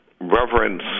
reverence